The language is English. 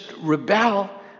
rebel